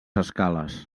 escales